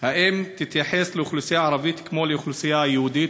3. האם תתייחס לאוכלוסייה הערבית כמו לאוכלוסייה היהודית?